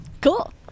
Cool